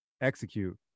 execute